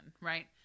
right